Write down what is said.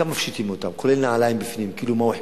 גם מפשיטים אותם, כולל נעליים בפנים,